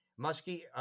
Muskie